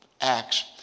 Acts